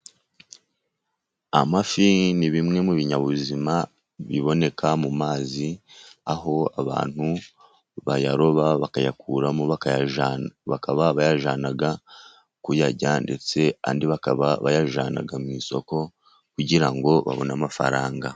Amafi ni bimwe mu binyabuzima biboneka mu mazi, aho abantu bayaroba bakayakuramo bakaba bayajyana kuyarya ndetse andi bakaba bayajyana mu isoko, kugira ngo babone amafaranga.